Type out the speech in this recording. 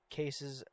cases